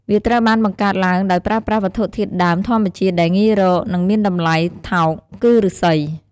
វាត្រូវបានបង្កើតឡើងដោយប្រើប្រាស់វត្ថុធាតុដើមធម្មជាតិ ដែលងាយរក និងមានតម្លៃថោក គឺឬស្សី។